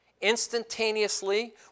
instantaneously